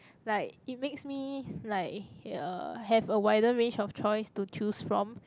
like it makes me like uh have a wider range of choice to choose from